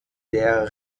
der